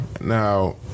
now